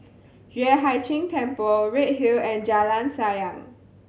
Yueh Hai Ching Temple Redhill and Jalan Sayang